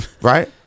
Right